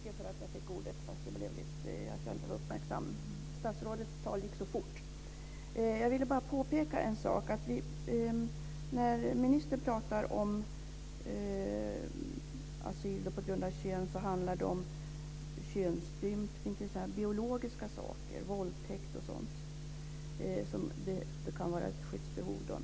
Fru talman! Tack så mycket för att jag fick ordet fast jag inte var uppmärksam. Statsrådets tal gick så fort. Jag vill bara påpeka en sak. När ministern pratar om asyl på grund av kön handlar det om biologiska saker, t.ex. könsstympning och våldtäkt, som kan medföra skyddsbehov.